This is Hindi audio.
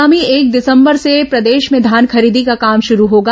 आगामी एक दिसंबर से प्रदेश में धान खरीदी का काम शुरू होगा